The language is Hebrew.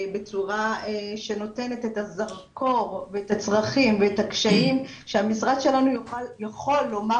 בצורה שנותנת את הזרקור ואת הצרכים ואת הקשיים שהמשרד שלנו יכול לומר